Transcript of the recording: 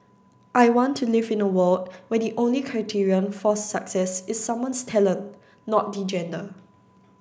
I want to live in a world where the only criterion for success is someone's talent not their gender